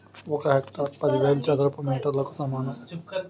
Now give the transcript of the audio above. ఒక హెక్టారు పదివేల చదరపు మీటర్లకు సమానం